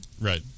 Right